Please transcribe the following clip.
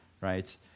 right